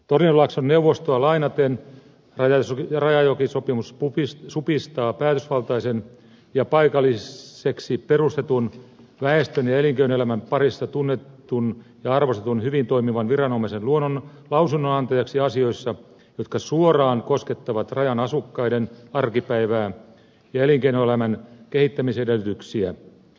tornionlaakson neuvostoa lainaten rajajokisopimus supistaa päätösvaltaisen ja paikalliseksi perustetun väestön ja elinkeinoelämän parissa tunnetun ja arvostetun hyvin toimivan viranomaisen lausunnonantajaksi asioissa jotka suoraan koskettavat rajan asukkaiden arkipäivää ja elinkeinoelämän kehittämisedellytyksiä